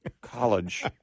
college